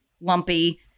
lumpy